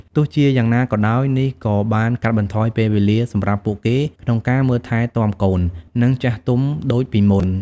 ទោះជាយ៉ាងណាក៏ដោយ នេះក៏បានកាត់បន្ថយពេលវេលាសម្រាប់ពួកគេក្នុងការមើលថែទាំកូន និងចាស់ទុំដូចពីមុន។